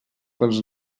pels